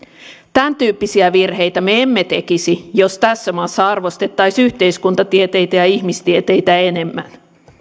tämän tyyppisiä virheitä me emme tekisi jos tässä maassa arvostettaisiin yhteiskuntatieteitä ja ihmistieteitä enemmän